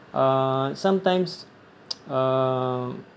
uh sometimes uh